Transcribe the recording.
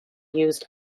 used